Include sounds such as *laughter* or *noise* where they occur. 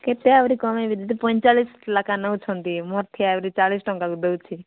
କେତେ ଆହୁରି କମାଇବି ଦିଦି ପଇଁଚାଳିଶି ଲେଖାଏଁ ନେଉଛନ୍ତି ମୁଁ *unintelligible* ଆହୁରି ଚାଳିଶି ଟଙ୍କାକୁ ଦେଉଛି